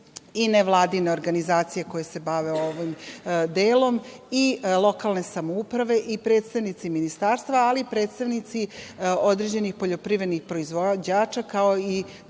i nevladine organizacije koje se bave ovim delom i lokalne samouprave i predstavnici ministarstva, ali i predstavnici određenih poljoprivrednih proizvođača, kao i